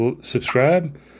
subscribe